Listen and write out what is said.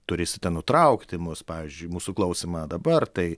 turėsite nutraukti mus pavyzdžiui mūsų klausymą dabar tai